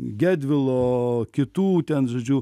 gedvilo kitų ten žodžiu